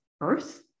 earth